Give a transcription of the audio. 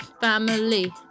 family